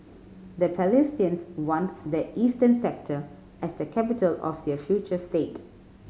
the Palestinians want the eastern sector as the capital of their future state